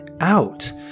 out